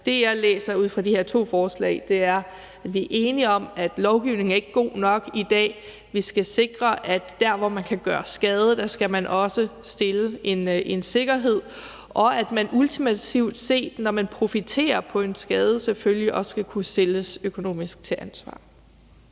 Det, jeg læser ud fra de her to forslag, er, at vi er enige om, at lovgivningen ikke er god nok i dag. Vi skal sikre, at der, hvor man kan gøre skade, skal man også stille en sikkerhed, og at man ultimativt set, når man profiterer på en skade, selvfølgelig også skal kunne stilles økonomisk til ansvar.